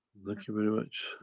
thank you very much.